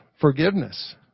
forgiveness